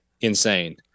insane